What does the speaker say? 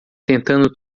tentando